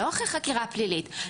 לא אחרי חקירה פלילית,